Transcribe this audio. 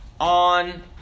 on